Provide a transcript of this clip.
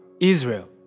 Israel